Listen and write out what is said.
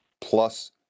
plus